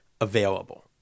available